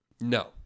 No